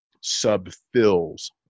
sub-fills